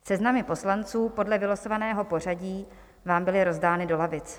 Seznamy poslanců podle vylosovaného pořadí vám byly rozdány do lavic.